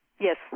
Yes